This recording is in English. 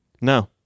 No